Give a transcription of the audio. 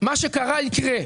מה שקרה יקרה.